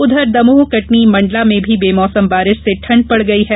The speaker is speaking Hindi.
उंधर दमोह कटनी मंडला में भी बेमौसम बारिश से ठंड बढ़ गई है